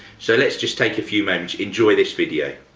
so, let's just take a few moments. enjoy this video